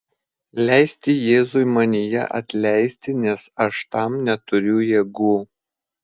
leisti jėzui manyje atleisti nes aš tam neturiu jėgų